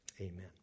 amen